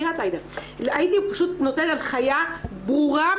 הייתי פשוט נותנת הנחיה ברורה,